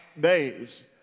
days